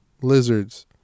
lizards